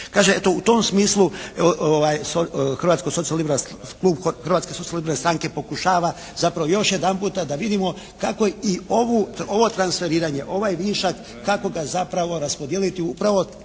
u tom smislu klub Socijalno-liberalne stranke pokušava zapravo još jedanputa da vidimo kako i ovo transferiranje, ovaj višak kako ga zapravo raspodijeliti upravo